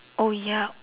oh ya